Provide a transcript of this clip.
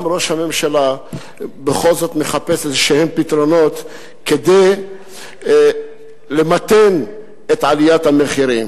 גם ראש הממשלה בכל זאת מחפש איזה פתרונות כדי למתן את עליית המחירים.